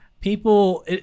people